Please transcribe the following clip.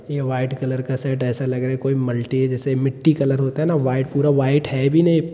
यह white colour का shirt है ऐसा लग रहा है कोई मल्टी जैसे मिट्टी कलर होता है ना वाइट पूरा वाइट है भी नहीं